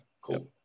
cool